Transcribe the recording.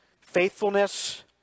faithfulness